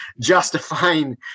justifying